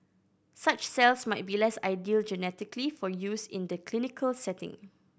such cells might be less ideal genetically for use in the clinical setting